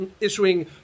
issuing